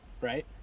Right